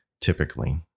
typically